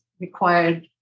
required